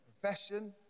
profession